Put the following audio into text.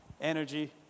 energy